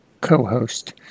co-host